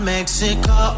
Mexico